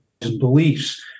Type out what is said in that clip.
beliefs